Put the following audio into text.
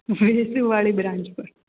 વિસુ વાડી બ્રાન્ચ પર